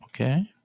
Okay